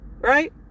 right